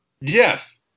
Yes